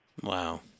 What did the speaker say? Wow